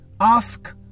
ask